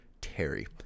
Terry